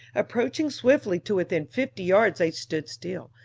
approaching swiftly to within fifty yards they stood still,